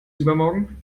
übermorgen